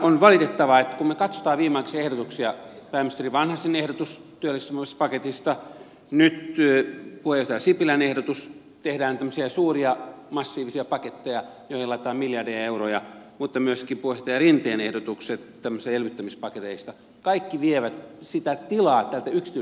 on valitettavaa että kun me katsomme viimeaikaisia ehdotuksia pääministeri vanhasen ehdotus työllistämispaketista nyt puheenjohtaja sipilän ehdotus tehdään tämmöisiä suuria massiivisia paketteja joihin laitetaan miljardeja euroja mutta myöskin puheenjohtaja rinteen ehdotukset tämmöisistä elvyttämispaketeista kaikki vievät sitä tilaa tältä yksityiseltä yrittäjyystoiminnalta